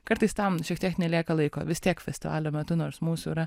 kartais tam šiek tiek nelieka laiko vis tiek festivalio metu nors mūsų yra